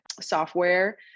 software